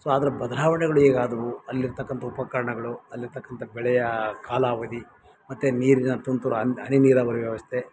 so ಅದ್ರ ಬದಲಾವಣೆಗಳು ಹೇಗಾದ್ವು ಅಲ್ಲಿರ್ತಕ್ಕಂಥ ಉಪಕರಣಗಳು ಅಲ್ಲಿರ್ತಕ್ಕಂಥ ಬೆಳೆಯ ಕಾಲಾವಧಿ ಮತ್ತು ನೀರಿನ ತುಂತುರು ಅನ್ನು ಹನಿನೀರಾವರಿ ವ್ಯವಸ್ಥೆ